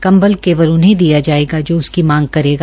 कंबल केवल उन्हें दिया जायेगा जो उनकी मांग करेगा